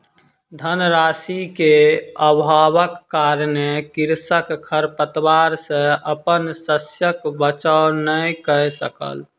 धन राशि के अभावक कारणेँ कृषक खरपात सॅ अपन शस्यक बचाव नै कय सकल